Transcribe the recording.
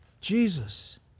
Jesus